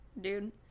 Dude